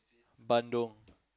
bandung